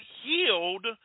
healed